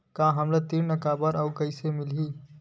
हमला ऋण काबर अउ कइसे मिलही?